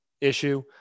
issue